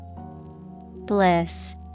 Bliss